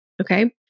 Okay